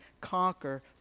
conquer